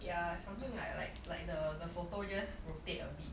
ya something like like like the the photo just rotate a bit